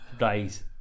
Right